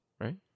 right